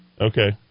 Okay